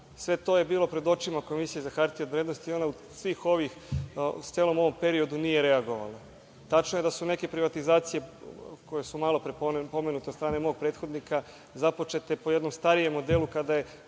Sve to je bilo pred očima Komisije za hartije od vrednosti. Ona u celom ovom periodu nije reagovala. Tačno je da su neke privatizacije, koje su malopre pomenute od strane mog prethodnika, započete po jednom starijem modelu kada je